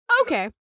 Okay